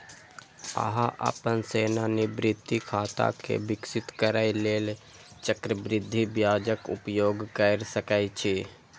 अहां अपन सेवानिवृत्ति खाता कें विकसित करै लेल चक्रवृद्धि ब्याजक उपयोग कैर सकै छी